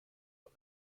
von